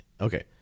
okay